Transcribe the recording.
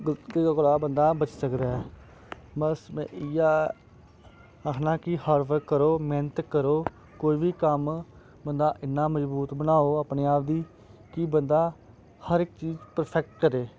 गल्ती दे कोला बंदा बची सकदा ऐ बस में इ'यै आखना कि हार्डबर्क करो मैह्नत करो कोई बी कम्म बंदा इन्ना मजबूत बनाओ अपने आप गी कि बंदा हर इक चीज परफैक्ट करै